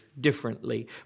differently